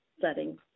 setting